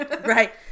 Right